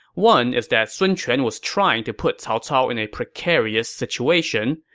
one is that sun quan was trying to put cao cao in a precarious situation,